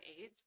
age